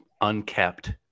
unkept